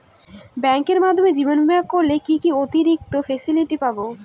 ব্যাংকের মাধ্যমে জীবন বীমা করলে কি কি অতিরিক্ত ফেসিলিটি পাব?